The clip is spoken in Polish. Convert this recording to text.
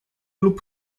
lub